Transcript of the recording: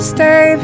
Stay